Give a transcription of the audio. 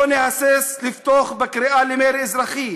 לא נהסס לפתוח בקריאה למרי אזרחי.